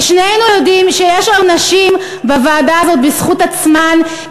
ושנינו יודעים שיש היום נשים בוועדה הזאת בזכות עצמן,